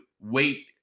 wait